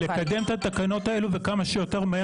לקדם את התקנות האלו וכמה שיותר מהר.